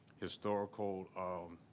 historical